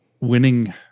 Winning